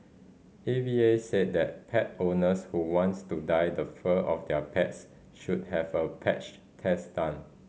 A V A said that pet owners who wants to dye the fur of their pets should have a patch test done